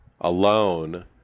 alone